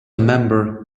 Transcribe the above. member